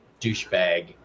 douchebag